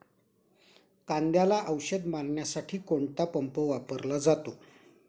कांद्याला औषध मारण्यासाठी कोणता पंप वापरला जातो?